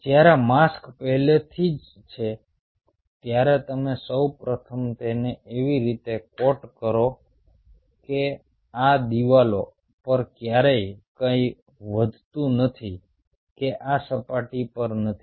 જ્યારે માસ્ક પહેલેથી જ છે ત્યારે તમે સૌ પ્રથમ તેને એવી રીતે કોટ કરો કે આ દિવાલો પર ક્યારેય કંઈ વધતું નથી કે આ સપાટી પર નથી